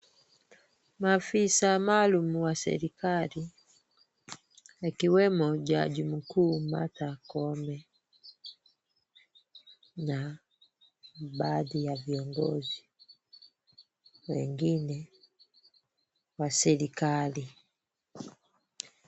Maafisa maalum wa serikali ikiwemo jaji mkuu Martha Koome na baadhi ya viongozi wengine wa serikali.